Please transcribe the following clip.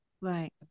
Right